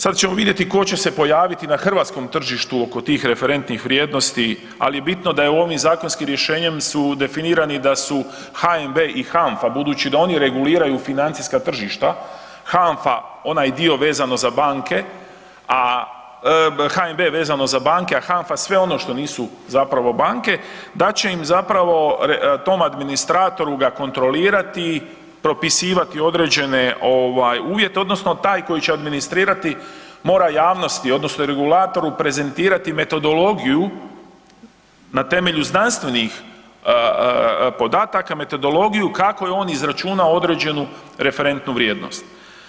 Sad ćemo vidjeti ko će se pojaviti na hrvatskom tržištu oko tih referentnih vrijednosti ali je bitno da je ovim zakonskim rješenjem su definirani i da su definirani i da su HNB i HANFA, budući da oni reguliraju financijska tržišta, HNB onaj dio vezano za banke, a HANFA sve ono što nisu zapravo banke, da će im zapravo tom administratoru ga kontrolirati, propisivati određene uvjete odnosno taj koji će administrirati, mora javnosti odnosno regulatoru prezentirati metodologiju na temelju znanstvenih podataka, metodologiju kako je on izračunao određenu referentnu vrijednost.